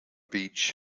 beach